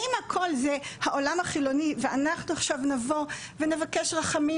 האם הכול זה העולם החילוני ואנחנו עכשיו נבוא ונבקש רחמים